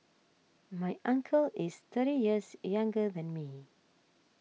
my uncle is thirty years younger than me